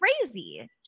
crazy